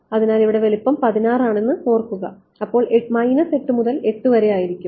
അതിനാൽ ഇവിടെ വലിപ്പം 16 ആണെന്ന് ഓർക്കുക അപ്പോൾ 8 മുതൽ 8 വരെ ആയിരിക്കും